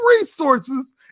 resources